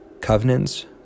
covenants